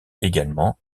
également